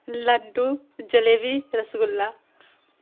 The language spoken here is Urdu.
لڈو جلیبی رس گلہ